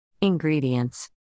Ingredients